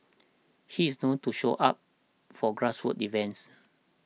he is known to show up for grassroots event